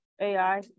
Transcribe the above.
AI